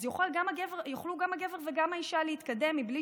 אז יוכלו גם הגבר וגם האישה להתקדם מבלי